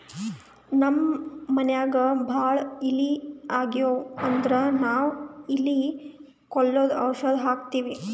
ನಮ್ಮ್ ಮನ್ಯಾಗ್ ಭಾಳ್ ಇಲಿ ಆಗಿವು ಅಂದ್ರ ನಾವ್ ಇಲಿ ಕೊಲ್ಲದು ಔಷಧ್ ಹಾಕ್ತಿವಿ